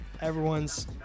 everyone's